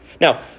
Now